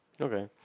Okay